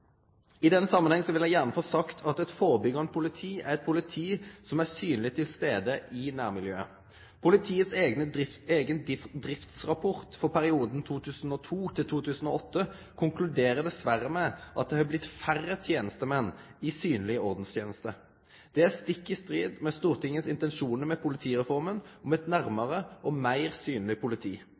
I den samanhengen vil eg gjerne få seie at eit førebyggjande politi er eit politi som er synleg til stades i nærmiljøet. Politiets eigen driftsrapport for perioden 2002–2008 konkluderer dessverre med at det har blitt færre tenestemenn i synleg ordensteneste. Det er stikk i strid med Stortingets intensjon med politireforma om eit nærmare og meir synleg politi.